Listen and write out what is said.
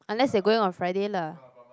unless they are going on Friday lah